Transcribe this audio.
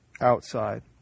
outside